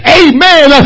amen